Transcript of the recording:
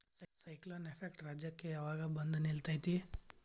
Cyclone effect ರಾಜ್ಯಕ್ಕೆ ಯಾವಾಗ ಬಂದ ನಿಲ್ಲತೈತಿ?